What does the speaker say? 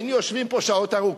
היינו יושבים פה שעות ארוכות.